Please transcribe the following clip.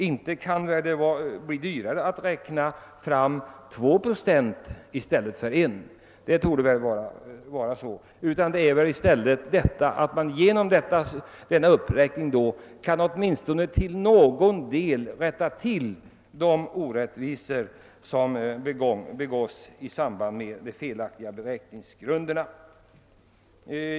Inte kan det väl bli dyrare att räkna fram två procent i stället för en. Genom denna uppräkning kan man åtminstone till någon del rätta till de orättvisor som begås i samband med de felaktiga beräkningsgrunderna.